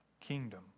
kingdom